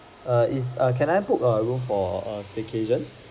err is err can I book a room for err staycation